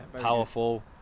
powerful